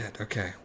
Okay